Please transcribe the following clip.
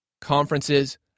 conferences